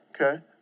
okay